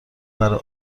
برای